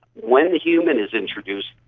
when the human is introduced,